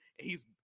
hes